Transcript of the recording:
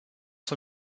son